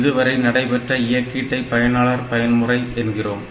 இதுவரை நடைபெற்ற இயக்கீடை பயனாளர் பயன்முறை என்கிறோம்